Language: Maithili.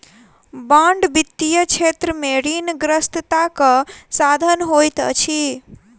बांड वित्तीय क्षेत्र में ऋणग्रस्तताक साधन होइत अछि